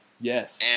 Yes